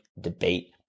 debate